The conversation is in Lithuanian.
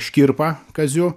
škirpa kaziu